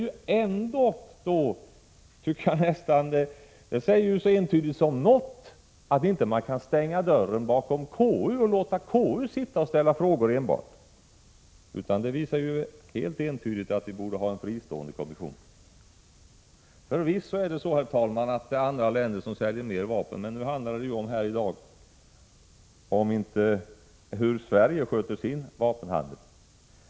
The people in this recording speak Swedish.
— Ja visst, men detta säger ju så entydigt som något att man inte kan stänga dörren bakom KU och låta enbart KU ställa frågor. Det visar att vi borde ha en fristående kommission. Herr talman! Förvisso är det så att andra länder säljer mer vapen. Men nu handlar det om hur Sverige sköter sin vapenhandel.